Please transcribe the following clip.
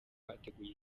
bateguye